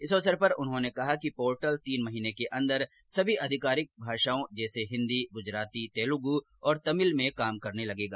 इस अवसर पर उन्होंने कहा कि पोर्टल तीन महीने के अंदर सभी आधिकारिक भाषाओं जैसे हिंदी गुजराती तेलुगु और तमिल में काम करने लगेगा